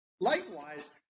Likewise